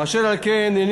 אשר על כן,